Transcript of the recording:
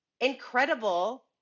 incredible